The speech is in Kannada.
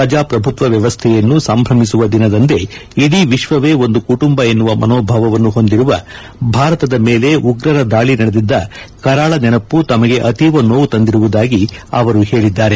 ಪ್ರಜಾಪ್ರಭುತ್ವ ವ್ಯವಸ್ಥೆಯನ್ನು ಸಂಭ್ರಮಿಸುವ ದಿನದಂದೇ ಇಡೀ ವಿಶ್ವವೇ ಒಂದು ಕುಟುಂಬ ಎನ್ನುವ ಮನೋಭಾವವನ್ನು ಹೊಂದಿರುವ ಭಾರತದ ಮೇಲೆ ಉಗ್ರರ ದಾಳಿ ನಡೆದಿದ್ದ ಕರಾಳ ನೆನಪು ತಮಗೆ ಅತೀವ ನೋವು ತಂದಿರುವುದಾಗಿ ಅವರು ಹೇಳಿದ್ದಾರೆ